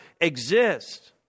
exist